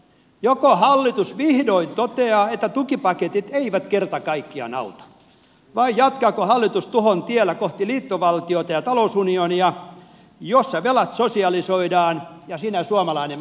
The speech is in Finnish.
joko hallitus vihdoin toteaa että tukipaketit eivät kerta kaikkiaan auta vai jatkaako hallitus tuhon tiellä kohti liittovaltiota ja talousunionia jossa velat sosialisoidaan ja sinä suomalainen maksat